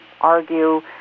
argue